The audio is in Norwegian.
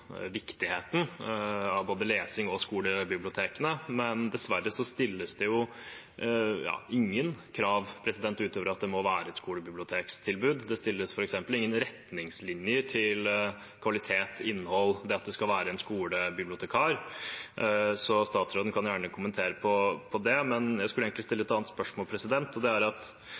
viktigheten av både lesing og skolebibliotekene. Dessverre stilles det ingen krav utover at det må være et skolebibliotektilbud. Det er f.eks. ingen retningslinjer for kvalitet, innhold, det at det skal være en skolebibliotekar. Statsråden kan gjerne kommentere det. Jeg skulle egentlig stille et annet spørsmål. Det er at det er gledelig at